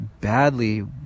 badly